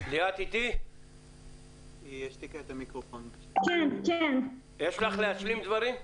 יש לך להשלים דברים?